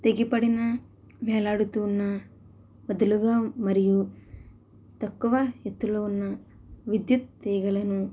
తెగిపడిన వేలాడుతున్న వదులుగా మరియు తక్కువ ఎత్తులో ఉన్న విద్యుత్ తీగలను